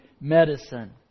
medicine